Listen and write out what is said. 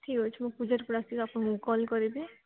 ଠିକ୍ ଅଛି ମୁଁ ଆସିଲେ ଆପଣଙ୍କୁ କଲ୍ କରିବି